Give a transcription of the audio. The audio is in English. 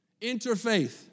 interfaith